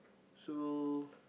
so